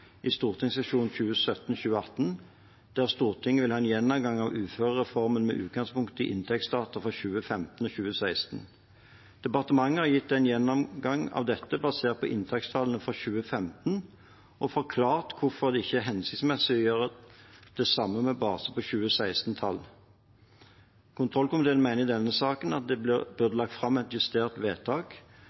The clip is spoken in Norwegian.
i stortingssesjonen 2017–2018, der Stortinget vil ha en gjennomgang av uførereformen med utgangspunkt i inntektsdata fra 2015 og 2016. Departementet har gitt en gjennomgang av dette basert på inntektstallene fra 2015 og forklart hvorfor det ikke er hensiktsmessig å gjøre det samme med base i 2016-tall. Kontrollkomiteen mener i denne saken at det burde vært lagt fram et justert vedtak,